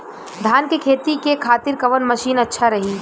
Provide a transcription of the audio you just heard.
धान के खेती के खातिर कवन मशीन अच्छा रही?